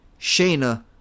Shayna